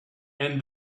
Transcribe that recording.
and